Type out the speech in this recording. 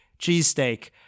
cheesesteak